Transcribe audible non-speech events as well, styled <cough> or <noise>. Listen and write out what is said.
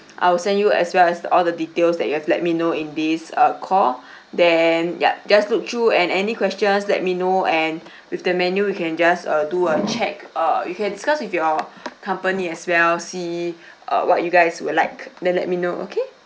I will send you as well as all the details that you've let me know in this uh call <breath> then yup just look through and any questions let me know and <breath> with the menu you can just uh do a check uh you can discuss with your company as well see uh what you guys will like then let me know okay